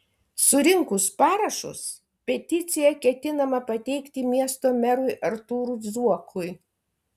surinkus parašus peticiją ketinama pateikti miesto merui artūrui zuokui